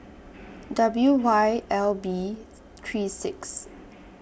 W Y L B three six